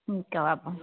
कबाब है